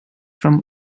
from